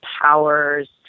powers